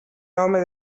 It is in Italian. nome